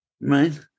Right